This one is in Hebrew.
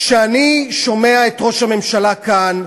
כשאני שומע את ראש הממשלה כאן,